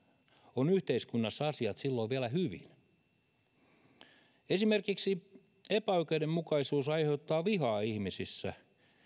on yhteiskunnassa asiat silloin vielä hyvin esimerkiksi epäoikeudenmukaisuus aiheuttaa vihaa ihmisissä